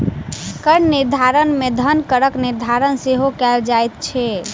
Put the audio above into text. कर निर्धारण मे धन करक निर्धारण सेहो कयल जाइत छै